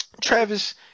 Travis